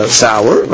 sour